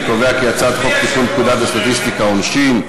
אני קובע כי הצעת חוק לתיקון פקודת הסטטיסטיקה (עונשין)